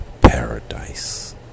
paradise